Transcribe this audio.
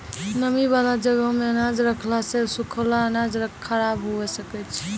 नमी बाला जगहो मे अनाज रखला से सुखलो अनाज खराब हुए सकै छै